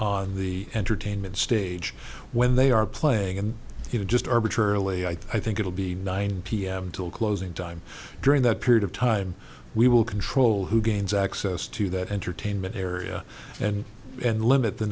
playing the entertainment stage when they are playing and you know just arbitrarily i think it will be nine p m till closing time during that period of time we will control who gains access to that entertainment area and and limit the